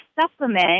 supplement